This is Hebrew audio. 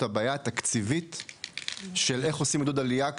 הבעיה התקציבית של איך עושים עידוד עלייה,